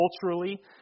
culturally